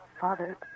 Father